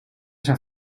zijn